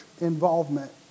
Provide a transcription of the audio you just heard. involvement